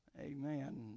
Amen